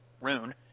rune